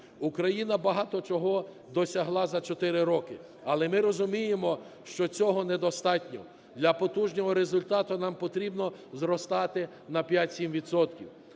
Україна багато чого досягла за 4 роки, але ми розуміємо, що цього недостатньо. Для потужного результату нам потрібно зростати на 5-7